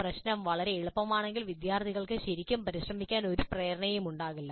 പ്രശ്നം വളരെ എളുപ്പമാണെങ്കിൽ വിദ്യാർത്ഥികൾക്ക് ശരിക്കും പരിശ്രമിക്കാൻ ഒരു പ്രേരണയും ഉണ്ടാകില്ല